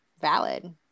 valid